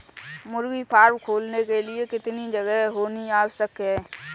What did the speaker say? मुर्गी फार्म खोलने के लिए कितनी जगह होनी आवश्यक है?